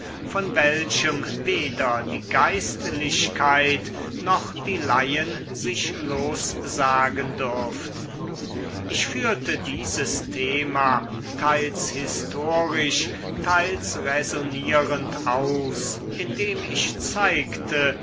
von welchem weder die geistlichkeit noch die laien sich lossagen dürften ich führte dieses thema teils historisch teils räsonierend aus indem ich zeigte